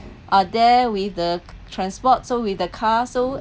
are there with the transport so with the car so